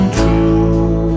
true